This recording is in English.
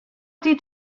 did